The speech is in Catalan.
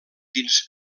dins